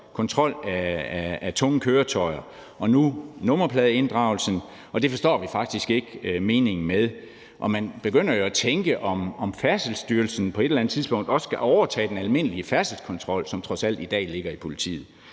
kontrol af tunge køretøjer og nu nummerpladeinddragelse, og det forstår vi faktisk ikke meningen med. Og man begynder jo at tænke, om Færdselsstyrelsen på et eller andet tidspunkt også skal overtage den almindelige færdselskontrol, som trods alt i dag ligger hos politiet.